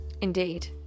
Indeed